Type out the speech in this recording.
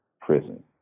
prison